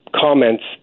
comments